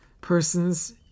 persons